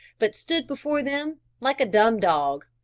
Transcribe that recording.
but stood before them like a dumb dog,